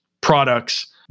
products